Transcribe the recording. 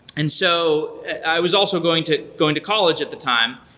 and so i was also going to going to college at the time.